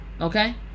okay